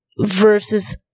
versus